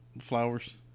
flowers